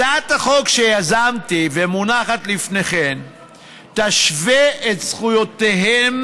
הצעת החוק שיזמתי ומונחת לפניכם תשווה את זכויותיהם